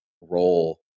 role